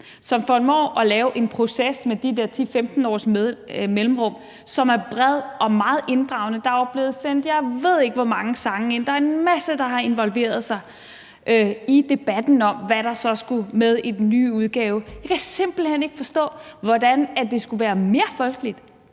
som formår at lave en proces med de der 10-15 års mellemrum, som er bred og meget inddragende. Der er jo blevet sendt, jeg ved ikke hvor mange sange ind. Der er en masse, der har involveret sig i debatten om, hvad der så skulle med i den nye udgave. Jeg kan simpelt ikke forstå, hvordan det skulle være mere folkeligt,